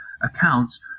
accounts